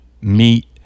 meat